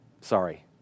Sorry